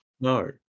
No